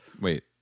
wait